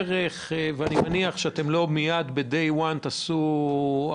אני מניח שלא תעשו החלפה מייד ביום הראשון,